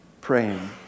praying